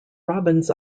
robins